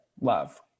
Love